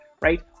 right